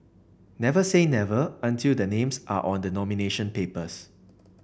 never say never until the names are on the nomination papers